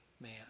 man